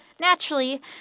Naturally